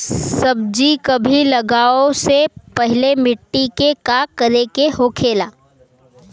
सब्जी कभी लगाओ से पहले मिट्टी के का करे के होखे ला?